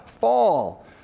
Fall